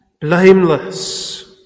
blameless